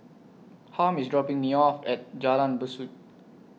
Harm IS dropping Me off At Jalan Besut